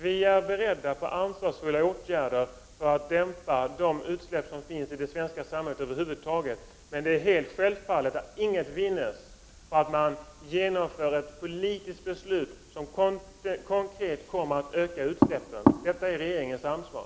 Vi moderater är beredda på ansvarsfulla åtgärder för att dämpa de utsläpp som finns i det svenska samhället över huvud taget. Men det är helt självklart att inget vinns på att man genomför ett politiskt beslut som konkret kommer att öka utsläppen. Detta är regeringens ansvar.